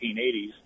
1980s